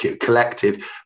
collective